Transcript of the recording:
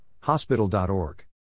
hospital.org